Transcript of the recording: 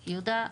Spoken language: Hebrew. יהודה,